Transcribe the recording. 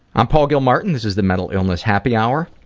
i'm paul gilmartin. this is the mental illness happy hour.